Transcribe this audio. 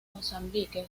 mozambique